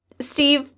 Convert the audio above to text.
Steve